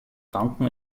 banken